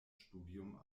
studium